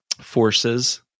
forces